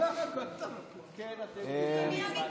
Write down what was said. מי המתייוונים?